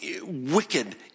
wicked